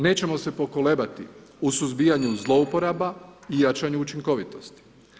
Nećemo se pokolebati u suzbijanju zlouporaba i jačanju učinkovitosti.